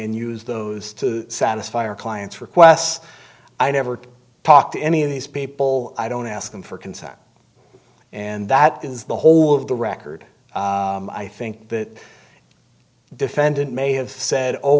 and use those to satisfy our clients requests i never talk to any of these people i don't ask them for consent and that is the whole of the record i think that defendant may have said oh